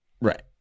Right